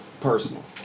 personal